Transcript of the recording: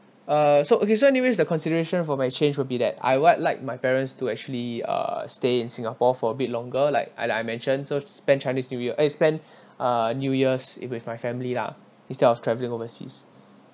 uh so okay so anyways the consideration for my change will be that I what like my parents to actually uh stay in singapore for a bit longer like I I mentioned so spend chinese new year eh spend uh new year's with my family lah instead of travelling overseas